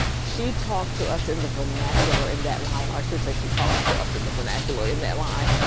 she talked to us in the vernacular in that line. or i should say she talks to us in the vernacular in that line.